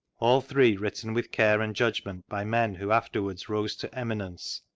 all three, written with care and judgment, by men who afterwards rose to eminence,